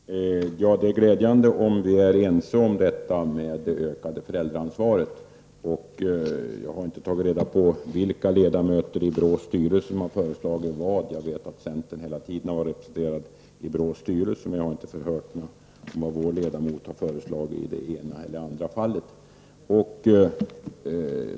Fru talman! Det är glädjande att vi är ense om detta med ökat föräldraansvar. Jag har inte tagit reda på vilka ledamöter i BRÅS styrelse som har föreslagit vad. Jag vet att centern hela tiden har varit representerad i BRÅS styrelse men har inte hört vad vår ledamot har föreslagit i det ena eller det andra fallet.